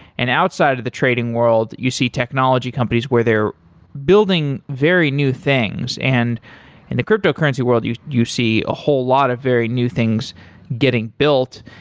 and outside of the trading world, you see technology companies where they're building very new things in and and the cryptocurrency world, you you see a whole lot of very new things getting built.